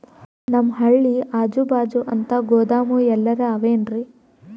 ನಮ್ ಹಳ್ಳಿ ಅಜುಬಾಜು ಅಂತ ಗೋದಾಮ ಎಲ್ಲರೆ ಅವೇನ್ರಿ?